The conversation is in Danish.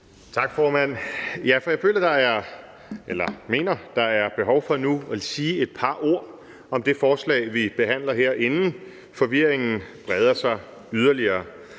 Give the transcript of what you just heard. Ja, for jeg mener, der er behov for nu at sige et par ord om det forslag, vi behandler her, inden forvirringen breder sig yderligere.